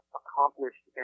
accomplished